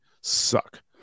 suck